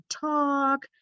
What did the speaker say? talk